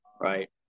right